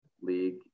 league